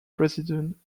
president